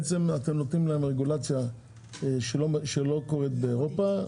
למעשה אתם מחייבים אותם ברגולציה שלא קיימת באירופה,